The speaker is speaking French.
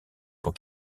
pour